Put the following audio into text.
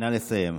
נא לסיים.